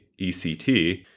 ECT